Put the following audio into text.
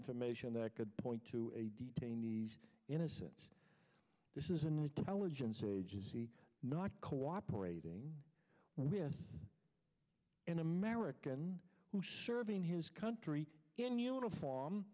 information that could point to a detainee innocent this is an intelligence agency not cooperating with an american serving his country in uniform